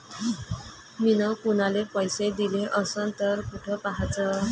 मिन कुनाले पैसे दिले असन तर कुठ पाहाचं?